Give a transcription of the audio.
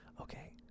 Okay